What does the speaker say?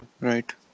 right